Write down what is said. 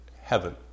heaven